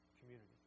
community